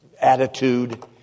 attitude